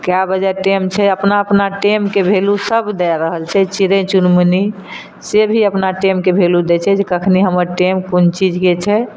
कए बजे टाइम छै अपना अपना टाइमके वैल्यू सब दए रहल छै चिड़य चुनमुनीसँ भी अपना टाइमके वैल्यू दै छै जे कखनी हमर टाइम कोन चीजके छै